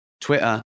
Twitter